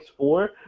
X4